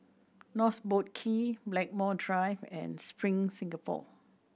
North Boat Quay Blackmore Drive and Spring Singapore